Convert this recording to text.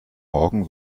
morgen